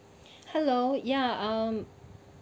hello ya um